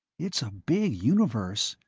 it's a big universe,